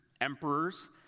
emperors